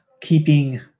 keeping